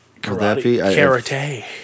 karate